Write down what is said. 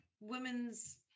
women's